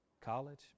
college